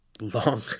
long